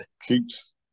keeps